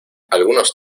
algunos